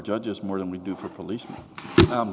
judges more than we do for police